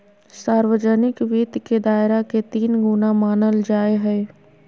सार्वजनिक वित्त के दायरा के तीन गुना मानल जाय हइ